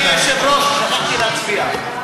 אדוני היושב-ראש, שכחתי להצביע.